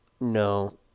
No